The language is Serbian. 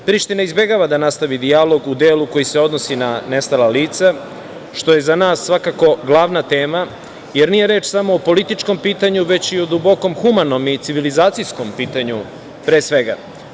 Priština izbegava da nastavi dijalog u delu koji se odnosi na nestala lica, što je za nas svakako glavna tema, jer nije reč samo o političkom pitanju, već i o duboko humanom i civilizacijskom pitanju pre svega.